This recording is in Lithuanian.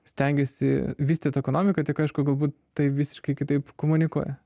stengiasi vystyt ekonomiką tik aišku galbūt tai visiškai kitaip komunikuoja